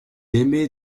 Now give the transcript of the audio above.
émet